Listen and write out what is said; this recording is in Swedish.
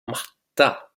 matta